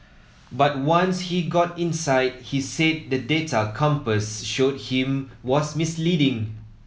but once he got inside he said the data compass showed him was misleading